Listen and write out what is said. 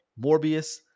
Morbius